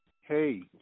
Hey